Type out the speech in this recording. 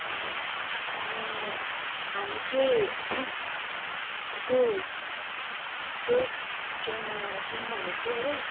ए अनि हामी चाहिँ यसो टोय ट्रेनमा जाउँ भनेको हो